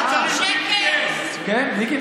אתה צריך GPS. כן, מיקי?